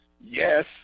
Yes